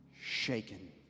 shaken